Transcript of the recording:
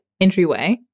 entryway